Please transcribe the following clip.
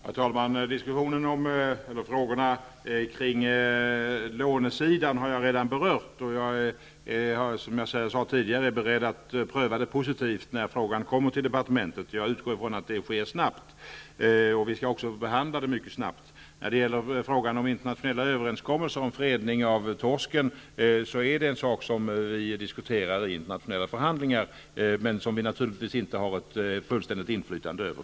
Herr talman! Frågorna kring lånesidan har jag redan berört. Som jag tidigare sade är jag beredd att pröva frågan positivt när den kommer till departementet, vilket jag utgår ifrån sker snabbt. Vi skall då också behandla frågan mycket snabbt. När det gäller internationella överenskommelser om fredning av torsken, är det en sak som diskuteras vid internationella förhandlingar och som vi själva naturligtvis inte har något fullständigt inflytande över.